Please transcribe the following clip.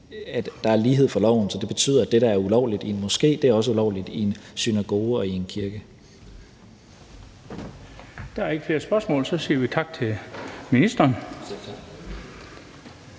at der er lighed for loven, så det betyder, at det, der er ulovligt i en moské, også er ulovligt i en synagoge og i en kirke. Kl. 12:53 Den fg. formand (Bent Bøgsted):